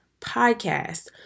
podcast